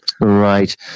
right